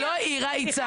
היא לא העירה, היא צעקה.